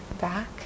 back